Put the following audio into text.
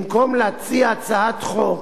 במקום להציע הצעת חוק